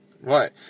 Right